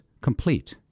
complete